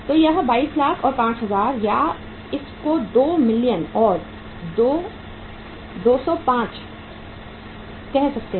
तो यह 22 लाख और 5000 या इसको 2 मिलियन और 205000 कह सकते हैं